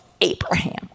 Abraham